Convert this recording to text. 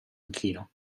inchino